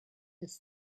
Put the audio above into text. this